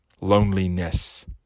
loneliness